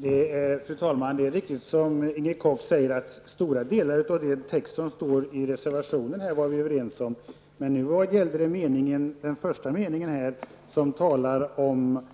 Fru talman! Det är riktigt som Inger Koch säger att stora delar av reservationstexten var vi överens om. Men nu gällde det den första meningen i reservationen om att